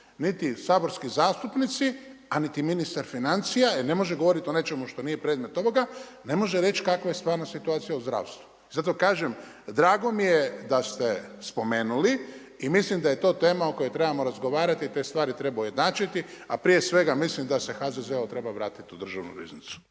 niti saborski zastupnici a niti ministar financija ne može govoriti ne može govorit o nečemu što nije predmet ovoga, ne može reći kakva je stvarna situacija u zdravstvu. I zato kaže, drago mi je da ste spomenuli i mislim da je to tema o kojoj trebamo razgovarati, te stvari treba ujednačiti, a prije svega mislim da se HZZO treba vratiti u državnu riznicu.